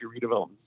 Redevelopment